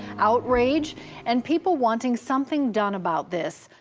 outrage and people wanting something done about this.